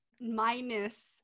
minus